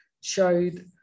showed